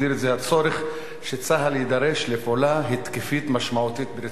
לצורך שצה"ל יידרש לפעולה התקפית משמעותית ברצועת-עזה.